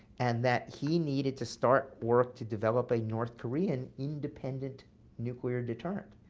and that he needed to start work to develop a north korean independent nuclear deterrent.